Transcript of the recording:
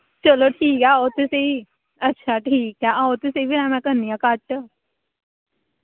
चलो ठीक ऐ आओ ते सेही अच्छा ठीक ऐ आओ ते सेही फ्ही हां मैं करनी आं घट्ट